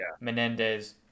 Menendez